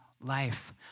life